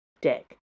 Deck